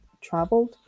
traveled